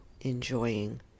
enjoying